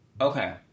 Okay